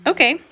Okay